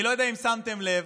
אני לא יודע אם שמתם לב,